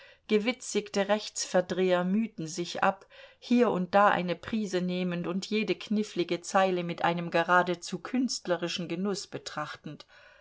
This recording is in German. gewitzigte rechtsverdreher mühten sich ab hier und da eine prise nehmend und jede knifflige zeile mit einem geradezu künstlerischen genuß betrachtend